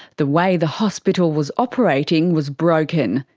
the way the hospital was operating was broken,